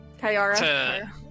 Kayara